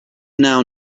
now